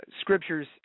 scriptures